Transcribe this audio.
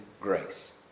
grace